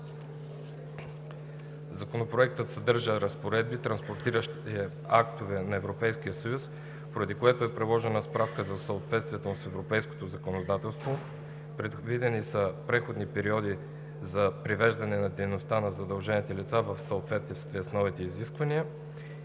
Законопроектът съдържа разпоредби, транспониращи актове на Европейския съюз, поради което е приложена справка за съответствието му с европейското законодателство. Предвидени са преходни периоди за привеждане на дейността на задължените лица в съответствие с новите изисквания.